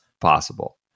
possible